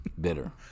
bitter